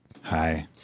Hi